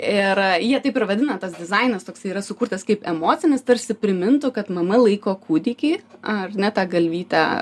ir jie taip ir vadina tas dizainas toksai yra sukurtas kaip emocinis tarsi primintų kad mama laiko kūdikį ar ne tą galvytę